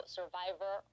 Survivor